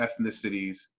ethnicities